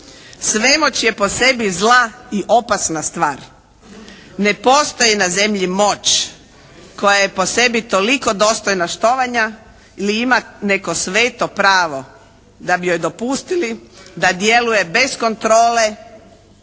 Svemoć je po sebi zla i opasna stvar. Ne postoji na zemlji moć koja je po sebi toliko dostojna štovanja ili ima neko sveto pravo da bi joj dopustili da djeluje bez kontrole